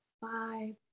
five